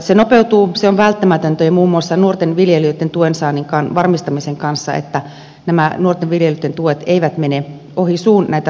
se on välttämätöntä muun muassa nuorten viljelijöitten tuensaannin varmistamisen kanssa että nämä nuorten viljelijöitten tuet eivät mene ohi suun näitä lupia odoteltaessa